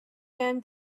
man